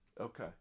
Okay